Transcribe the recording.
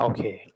Okay